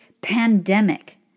pandemic